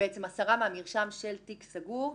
להסרה מהמרשם של תיק סגור.